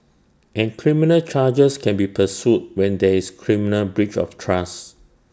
and criminal charges can be pursued when there is criminal breach of trust